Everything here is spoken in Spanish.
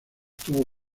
tuvo